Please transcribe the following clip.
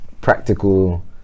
practical